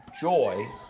Joy